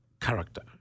character